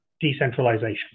decentralization